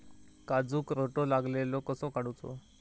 काजूक रोटो लागलेलो कसो काडूचो?